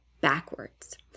backwards